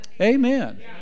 Amen